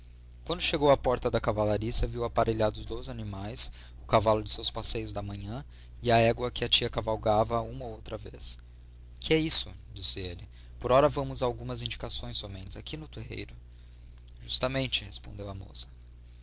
quando chegou à porta da cavalariça viu aparelhados dois animais o cavalo de seus passeios da manhã e a égua que a tia cavalgava uma ou outra vez que é isso disse ele por ora vamos a algumas indicações somente aqui no terreiro justamente respondeu a moça